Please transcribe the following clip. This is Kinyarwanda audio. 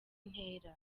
ntera